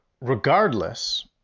Regardless